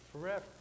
forever